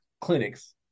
clinics